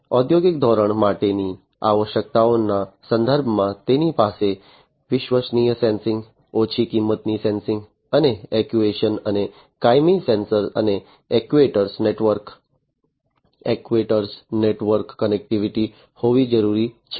ઔદ્યોગિક ધોરણ માટેની આવશ્યકતાઓના સંદર્ભમાં તેની પાસે વિશ્વસનીય સેન્સિંગ ઓછી કિંમતની સેન્સિંગ અને એક્ટ્યુએશન અને કાયમી સેન્સર અને એક્ટ્યુએટર નેટવર્ક કનેક્ટિવિટિ હોવી જરૂરી છે